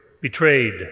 betrayed